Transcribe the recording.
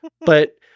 but-